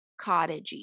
cottagey